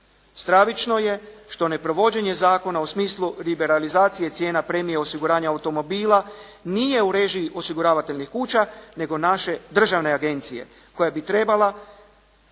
Stravično je što neprovođenje zakona u smislu liberalizacije cijena premije osiguranja automobila nije u režiji osiguravateljnih kuća nego naše državne agencije koja bi trebala